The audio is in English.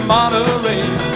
Monterey